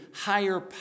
higher